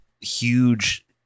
huge